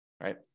right